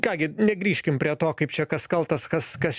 ką gi negrįžkime prie to kaip čia kas kaltas kas kas